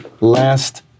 last